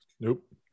Nope